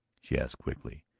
she asked quickly.